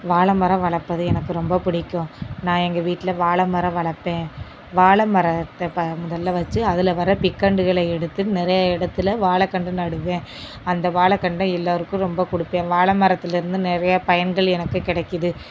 வாழை மரம் வளர்ப்பது எனக்கு ரொம்ப பிடிக்கும் நான் எங்கள் வீட்டில் வாழை மரம் வளர்ப்பேன் வாழை மரத்தை ப முதல்ல வச்சு அதில் வர பிக்கன்றுகளை எடுத்து நிறைய இடத்தில் வாழைக்கன்று நடுவேன் அந்த வாழை கன்றை எல்லாேருக்கும் ரொம்ப கொடுப்பேன் வாழை மரத்தில் இருந்து நிறையா பயன்கள் எனக்கு கிடைக்கிது